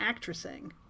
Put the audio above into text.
actressing